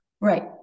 Right